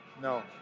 No